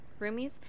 roomies